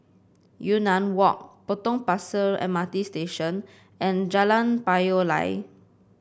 Yunnan Walk Potong Pasir M R T Station and Jalan Payoh Lai